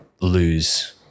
lose